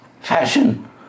fashion